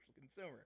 consumer